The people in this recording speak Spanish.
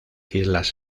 islas